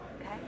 Okay